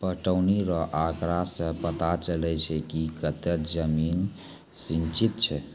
पटौनी रो आँकड़ा से पता चलै छै कि कतै जमीन सिंचित छै